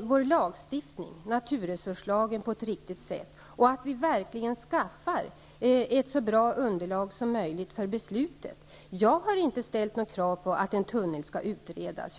vår lagstiftning, naturresurslagen, på ett riktigt sätt och att vi verkligen skaffar ett så bra underlag som möjligt för beslutet. Jag har inte ställt något krav på att ett tunnelalternativ skall utredas.